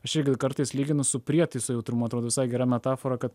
aš irgi kartais lyginu su prietaisu jautrumą atrodo visai gera metafora kad